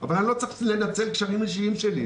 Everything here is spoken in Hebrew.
אבל אני לא צריך לנצל קשרים אישיים שלי.